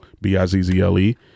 B-I-Z-Z-L-E